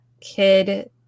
kid